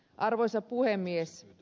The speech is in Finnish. arvoisa puhemies